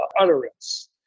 utterance